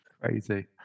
Crazy